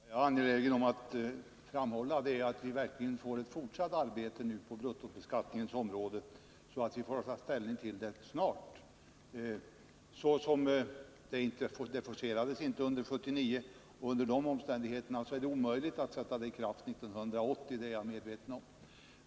Herr talman! Jag är angelägen att framhålla att det verkligen måste bli ett fortsatt arbete på bruttobeskattningens område och att vi snart måste få ta ställning till ett förslag. Arbetet forcerades inte under 1979. Under de omständigheterna — det är jag medveten om — kan inte en sådan beskattning träda i kraft 1980.